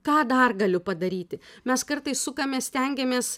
ką dar galiu padaryti mes kartais sukamės stengiamės